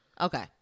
Okay